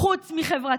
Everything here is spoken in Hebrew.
חוץ מחברתי.